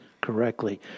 correctly